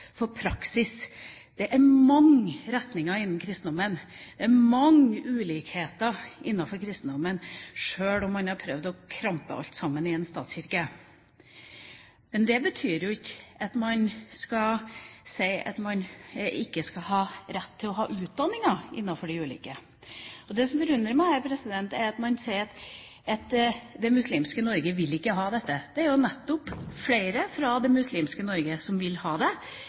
praksis. Det er mange retninger innen kristendommen, og det er mange ulikheter innenfor kristendommen, sjøl om man har prøvd å krampe alt sammen i én statskirke. Men det betyr jo ikke at man ikke skal ha rett til å ha utdanning innenfor de ulike trosretningene. Det forundrer meg at man sier at det muslimske Norge ikke vil ha dette. Det er jo flere fra det muslimske Norge som nettopp vil ha det